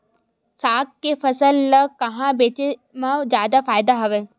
साग के फसल ल कहां बेचे म जादा फ़ायदा हवय?